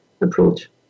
approach